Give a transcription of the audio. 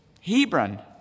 Hebron